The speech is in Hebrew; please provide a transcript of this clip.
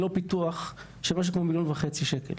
לא פיתוח ל-1.5 מיליון שקלים.